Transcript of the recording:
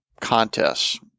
contests